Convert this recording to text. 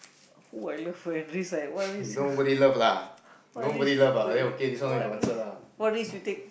who I love when risk what risk what risk what risk wait what risk what risk you take